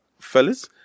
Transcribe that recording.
fellas